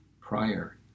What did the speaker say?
prior